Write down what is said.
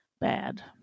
bad